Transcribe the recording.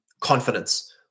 confidence